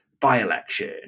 by-election